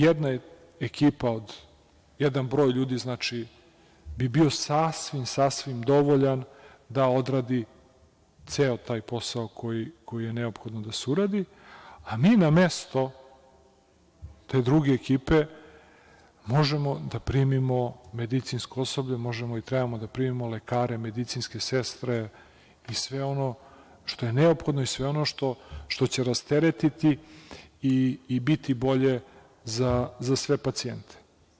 Jedna ekipa od jednog broja ljudi bi bila sasvim dovoljna da odradi ceo taj posao koji je neophodno da se uradi, a mi na mesto te druge ekipe može da primimo medicinsko osoblje, možemo i trebamo da primimo lekare, medicinske sestre i sve ono što je neophodno i sve ono što će rasteretiti i biti bolje za sve pacijente.